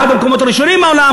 בכל התחומים שצריך.